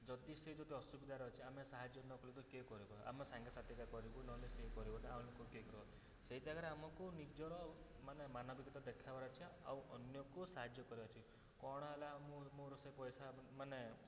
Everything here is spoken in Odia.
ଯଦି ସିଏ ସିଏ ଯଦି ଅସୁବିଧାରେ ଅଛି ଆମେ ସାହାଯ୍ୟ ନ କରିଲେ ତ କିଏ କରିବ ଆମ ସାଙ୍ଗସାଥିରେ କରିବୁ ନହେଲେ ସିଏ କରିବ ନା ଅନ୍ୟ ଲୋକ କିଏ କରିବ ସେଇ ଜାଗାରେ ଆମକୁ ନିଜର ମାନେ ମାନବିକତା ଦେଖେଇବାର ଅଛି ଆଉ ଅନ୍ୟକୁ ସାହାଯ୍ୟ କରିବାର ଅଛି କ'ଣ ହେଲା ମୋ ମୋର ସେ ପଇସା ମାନେ